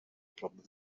problem